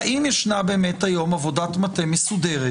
והאם ישנה באמת היום עבודת מטה מסודרת